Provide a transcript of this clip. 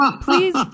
Please